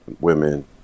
women